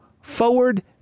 forward